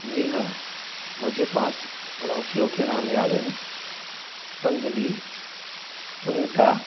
जी हाँ मुझे पाँच पड़ोसियों के नाम याद हैं संजली सुनीता